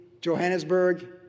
Johannesburg